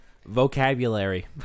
vocabulary